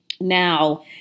Now